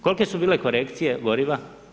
Kolike su bile korekcije goriva?